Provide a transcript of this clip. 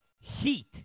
heat